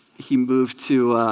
he moved to